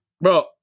bro